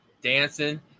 dancing